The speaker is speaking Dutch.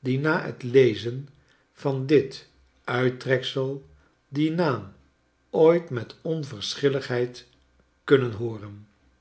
die na het lezen van dit uittreksel dien naam ooit met onverschilligheid kunnen hooren